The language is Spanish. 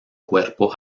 cuerpo